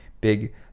big